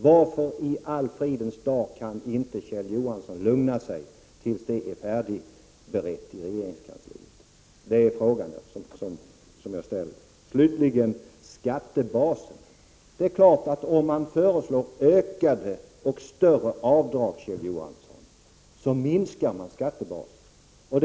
Varför i fridens namn kan Kjell Johansson inte lugna sig tills det är färdigberett i regeringskansliet? Det är min fråga. Slutligen till skattebasen. Det är klart att om man föreslår ökade och större avdrag, Kjell Johansson, minskar man skattebasen.